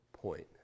point